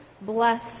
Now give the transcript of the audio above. bless